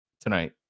tonight